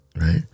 right